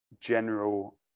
general